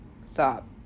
Stop